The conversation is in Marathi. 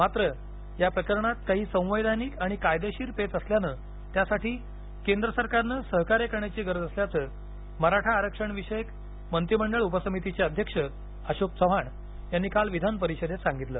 मात्र या प्रकरणात काही संवैधानिक आणि कायदेशीर पेच असल्यानं त्यासाठी केंद्र सरकारनं सहकार्य करण्याची गरज असल्याचं मराठा आरक्षण विषयक मंत्रिमंडळ उपसमितीचे अध्यक्ष अशोक चव्हाण यांनी काल विधान परिषदेत सांगितलं